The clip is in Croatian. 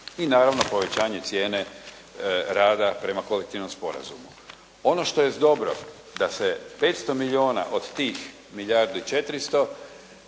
i naravno povećanje cijene rada prema kolektivnom sporazumu. Ono što je dobro da se 500 milijuna od tih milijardu i 400 direktno